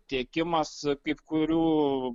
tiekimas kaip kurių